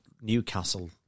Newcastle